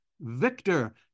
victor